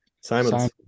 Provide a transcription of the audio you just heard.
Simon